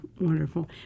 Wonderful